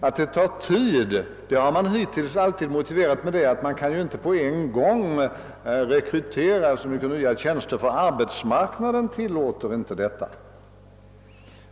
Att det tar tid att reparera försummelserna har man hittills motiverat med att man inte på en gång kan rekrytera så många nya tjänster, ty arbetsmarknaden tillåter inte detta.